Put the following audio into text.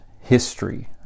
history